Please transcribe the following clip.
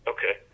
Okay